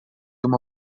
uma